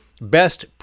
best